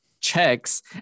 checks